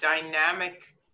dynamic